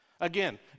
Again